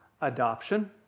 adoption